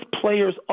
players